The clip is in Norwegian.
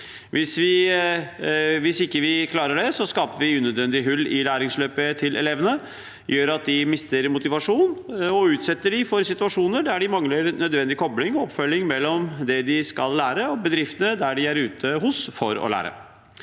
Hvis vi ikke klarer det, skaper vi unødvendige hull i læringsløpet til elevene, som gjør at de mister motivasjon, og det utsetter dem for situasjoner der de mangler nødvendig kobling og oppfølging mellom det de skal lære, og bedriftene de er ute hos for å lære.